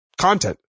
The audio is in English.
Content